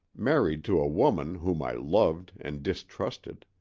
married to a woman whom i loved and distrusted.